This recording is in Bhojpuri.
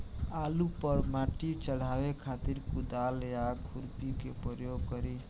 आलू पर माटी चढ़ावे खातिर कुदाल या खुरपी के प्रयोग करी?